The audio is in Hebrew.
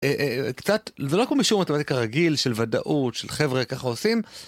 קצת זה לא כמו בשיעור מתמטיקה רגיל של ודאות של חבר'ה ככה עושים.